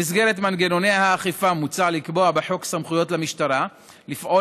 במסגרת מנגנוני האכיפה מוצע לקבוע בחוק סמכויות למשטרה לפעול